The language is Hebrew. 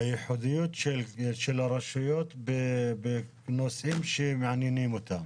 לייחודיות של הרשויות בנושאים שמעניינים אותם.